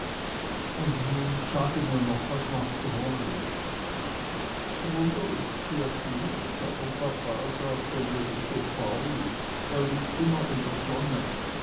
und nun sage mir noch was macht rollo rollo ist sehr gut aber papa sagt er würde so faul er liegt immer in der sonne